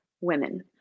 women